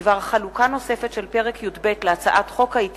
הצעת חוק הרשויות המקומיות (בחירות)